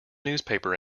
newspaper